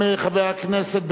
להכינה לקריאה ראשונה.